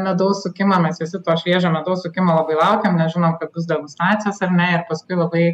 medaus sukimą mes visi to šviežio medaus sukimo labai laukiam nes žinom kad bus degustacijos ar ne ir paskui labai